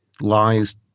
Lies